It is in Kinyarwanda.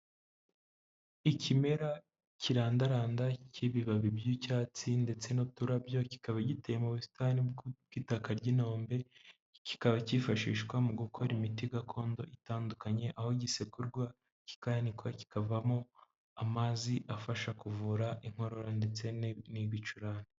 Ikimera kirandaranda, cy'ibibabi by'icyatsi, ndetse n'uturabyo, kikaba giteye mu busitani bw'itaka ry'inombe, kikaba cyifashishwa mu gukora imiti gakondo itandukanye, aho gisekurwa, kikanikwa, kikavamo amazi afasha kuvura inkorora, ndetse n'ibicurane.